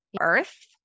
Earth